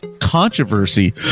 controversy